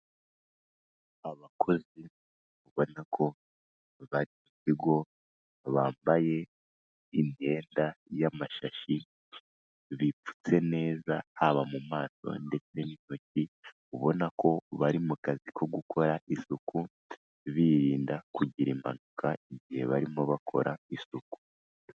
Abakozi ubona ko bari murugo bambaye imyenda y'amashashi, bipfutse neza haba mu maso ndetse n'intoki ubona ko bari mu kazi ko gukora isuku, birinda kugira impanuka igihe barimo bakora isuku.